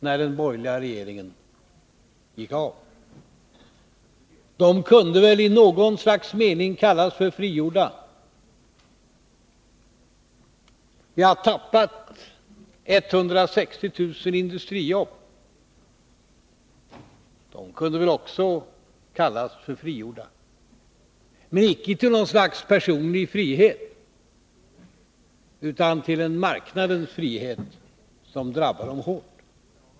När den borgerliga regeringen avgick var 176 000 människor arbetslösa. De kunde väl i någon mening kallas för frigjorda, men icke till något slags personlig frigörelse, utan till en marknadens frihet som drabbar dem hårt.